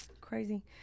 Crazy